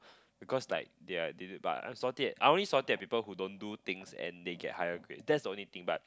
because like they're they they but I'm salty at I'm only salty at people who don't do things and they get higher grade that's the only thing but